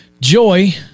joy